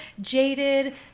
jaded